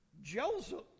Joseph